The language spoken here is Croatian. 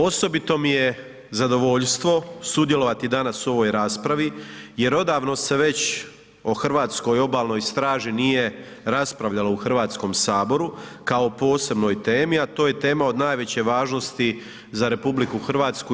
Osobito mi je zadovoljstvo sudjelovati danas u ovoj raspravi jer odavno se već o Hrvatskoj obalnoj straži nije raspravljalo u Hrvatskom saboru kao o posebnoj temi, a to je tema od najveće važnosti za RH